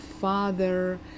father